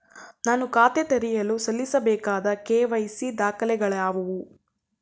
ನಾನು ಖಾತೆ ತೆರೆಯಲು ಸಲ್ಲಿಸಬೇಕಾದ ಕೆ.ವೈ.ಸಿ ದಾಖಲೆಗಳಾವವು?